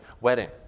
wedding